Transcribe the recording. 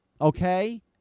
okay